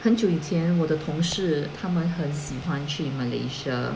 很久以前我的同事他们很喜欢去 Malaysia